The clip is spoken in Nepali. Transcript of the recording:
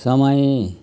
समय